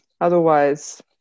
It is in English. Otherwise